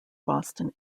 boston